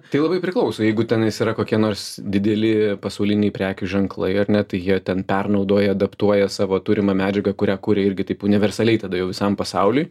tai labai priklauso jeigu tenais yra kokie nors dideli pasauliniai prekių ženklai ar ne tai jie ten pernaudoja adaptuoja savo turimą medžiagą kurią kuri irgi taip universaliai tada jau visam pasauliui